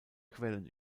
quellen